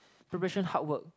preparation hard work